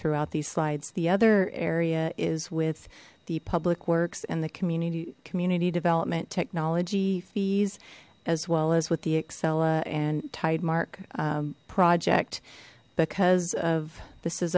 throughout these slides the other area is with the public works and the community community development technology fees as well as with the axela and tide mark project because of this is